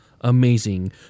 amazing